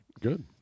Good